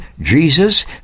Jesus